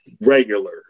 regular